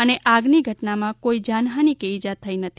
અને આગની ધટનામાં કોઇ જાનહાનિ કે ઇજા થઇ નથી